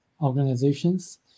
organizations